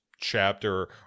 chapter